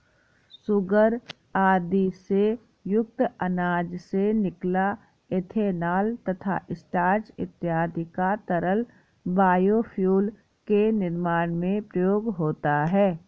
sugar आदि से युक्त अनाज से निकला इथेनॉल तथा स्टार्च इत्यादि का तरल बायोफ्यूल के निर्माण में प्रयोग होता है